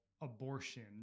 abortion